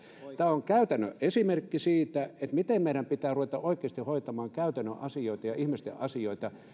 tämä on käytännön esimerkki siitä miten meidän pitää ruveta oikeasti hoitamaan käytännön asioita ja ihmisten asioita